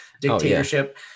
dictatorship